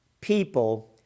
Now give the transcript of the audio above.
people